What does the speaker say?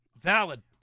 Valid